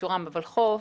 אישורם בולחו"ף,